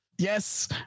Yes